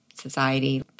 society